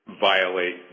violate